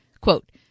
Quote